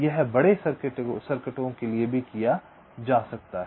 यह बड़े सर्किटों के लिए भी किया जा सकता है